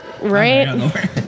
right